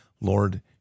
Lord